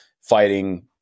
fighting